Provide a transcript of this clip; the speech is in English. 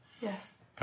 Yes